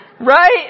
right